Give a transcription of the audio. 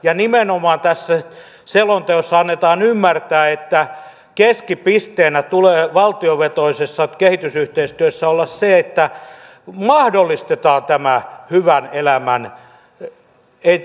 ja nimenomaan tässä selonteossa annetaan ymmärtää että keskipisteenä tulee valtiovetoisessa kehitysyhteistyössä olla se että mahdollistetaan tämä hyvän elämän edistäminen